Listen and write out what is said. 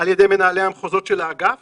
על ידי מנהלי המחוזות של האגף